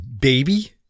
baby